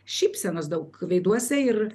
šypsenos daug veiduose ir